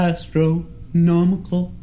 Astronomical